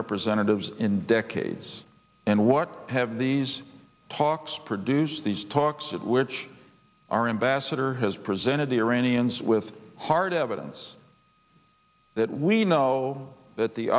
representatives in decades and what have these talks produce these talks at which our ambassador has presented the iranians with hard evidence that we know that the